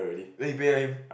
then you pay him